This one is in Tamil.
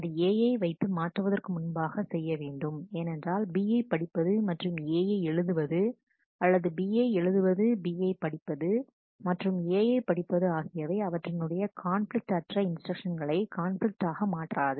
அது A யை வைத்து மாற்றுவதற்கு முன்பாகவே செய்ய வேண்டும் ஏனென்றால் Bயை படிப்பது மற்றும்Aயை எழுதுவது அல்லது B யை எழுதுவது B யை படிப்பது மற்றும் A யை படிப்பது ஆகியவை அவற்றினுடைய கான்பிலிக்ட் அற்ற இன்ஸ்டிரக்ஷன்ஸ்களை கான்பிலிக்ட்டாக மாற்றாது